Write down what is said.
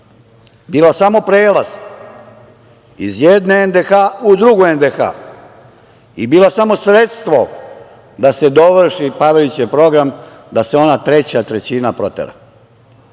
bila samo prelaz iz jedne NDH u drugu NDH i bila samo sredstvo da se dovrši Pavelićev program da se ona treća trećina protera.